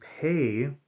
pay